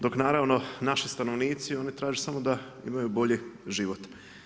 Dok naravno naši stanovnici, oni traže samo da imaju bolji život.